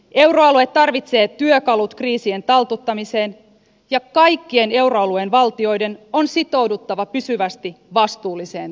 euroalue tarvitsee työkalut kriisien taltuttamiseen ja kaikkien euroalueen valtioiden on sitouduttava pysyvästi vastuulliseen taloudenpitoon